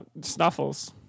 Snuffles